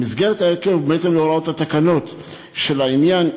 במסגרת ההרכב ובהתאם להוראות התקנות של העניין,